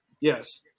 yes